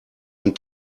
ein